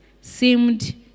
seemed